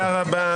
תודה רבה.